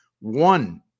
one